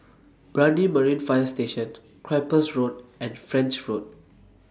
Brani Marine Fire Station Cyprus Road and French Road